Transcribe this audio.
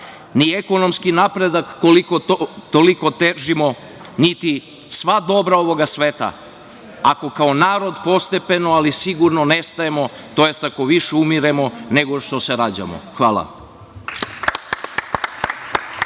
ni ekonomski napredak koliko toliko težimo, niti sva dobra ovog sveta ako kao narod postepeno ali sigurno nestajemo, tj. ako više umiremo nego što se rađamo. Hvala.